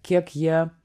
kiek jie